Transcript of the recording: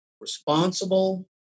responsible